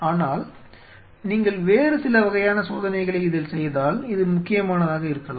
ஆனால் நீங்கள் வேறு சில வகையான சோதனைகளை இதில் செய்தால் இது முக்கியமானதாக இருக்கலாம்